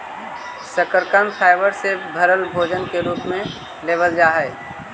शकरकन फाइबर से भरल भोजन के रूप में लेबल जा हई